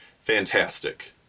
fantastic